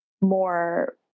more